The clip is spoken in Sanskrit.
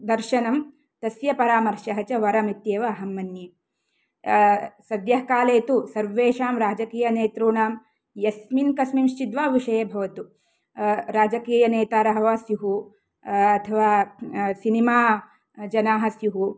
दर्शनं तस्य परामर्शः च वरं इत्येव अहं मन्ये सद्यःकाले तु सर्वेषां राजकीयनेतॄणां यस्मिन् कस्मिंश्चित् वा विषये भवतु राजकीयनेतारः वा स्युः अथवा सिनिमा जना स्युः